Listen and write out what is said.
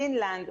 פינלנד,